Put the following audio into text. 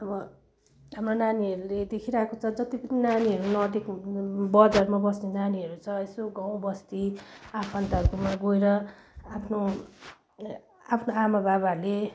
अब हाम्रो नानीहरूले देखिरहेको छ जति पनि नानीहरू नदेख्ने बजारमा बस्ने नानीहरू छ यसो गाउँबस्ती आफन्तहरूकोमा गएर आफ्नो ए आफ्नो आमाबाबाहरूले